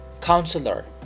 counselor